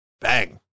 Bang